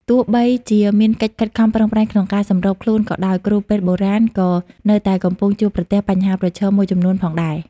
ទោះបីជាមានកិច្ចខិតខំប្រឹងប្រែងក្នុងការសម្របខ្លួនក៏ដោយ គ្រូពេទ្យបុរាណក៏នៅតែកំពុងជួបប្រទះបញ្ហាប្រឈមមួយចំនួនផងដែរ។